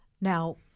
Now